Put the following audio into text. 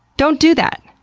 don't do that.